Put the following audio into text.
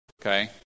okay